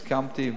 הסכמתי,